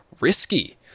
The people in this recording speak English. risky